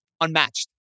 unmatched